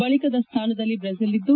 ಬಳಿಕದ ಸ್ವಾನದಲ್ಲಿ ಬ್ರೆಜಿಲ್ ಇದ್ದು